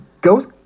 ghost